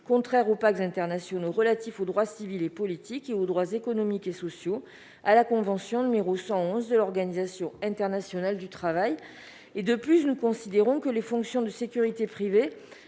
contraire aux pactes internationaux relatifs aux droits civils et politiques et aux droits économiques et sociaux, à la convention n° 111 de l'Organisation internationale du travail ». D'autre part, les fonctions de sécurité privée